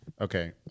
Okay